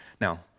Now